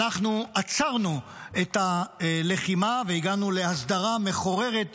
עצרנו את הלחימה והגענו להסדרה מחוררת ומדאיגה,